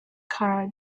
kara